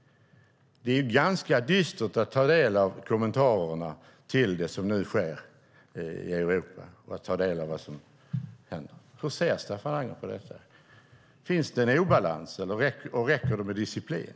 Det är ganska dystert att ta del av det som sker i Europa och kommentarerna till det. Hur ser Staffan Anger på detta? Finns det en obalans, och räcker det med disciplin?